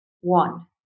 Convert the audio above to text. One